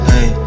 Hey